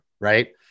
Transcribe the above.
right